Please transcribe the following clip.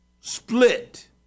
split